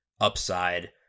upside